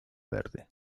verde